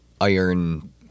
iron